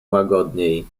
łagodniej